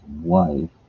wife